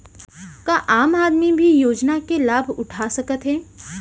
का आम आदमी भी योजना के लाभ उठा सकथे?